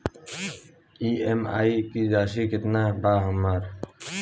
EMI की राशि केतना बा हमर?